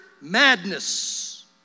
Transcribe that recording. madness